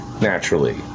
Naturally